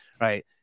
Right